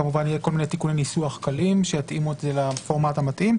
כמובן יהיו כל מיני תיקוני ניסוח קלים שיתאימו את זה לפורמט המתאים.